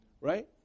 right